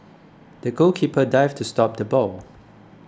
the goalkeeper dived to stop the ball